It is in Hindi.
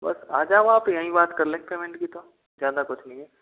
बस आ जाओ आप यहीं बात कर लें पेमेंट की तो ज़्यादा कुछ नहीं है